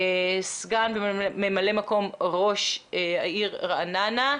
סגן ומ"מ ראש העיר רעננה.